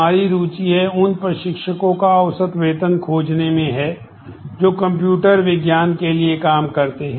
हमारी रुचि है उन प्रशिक्षकों का औसत वेतन खोजने में है जो कंप्यूटर विज्ञान के लिए काम करते हैं